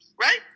right